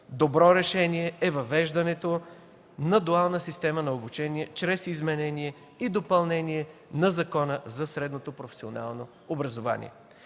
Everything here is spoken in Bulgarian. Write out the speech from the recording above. Добро решение е въвеждането на дуална система на обучение чрез изменение и допълнение на Закона за средното професионално образование.